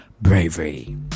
bravery